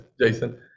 Jason